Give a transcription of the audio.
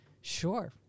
sure